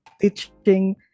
Teaching